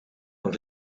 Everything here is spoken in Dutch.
van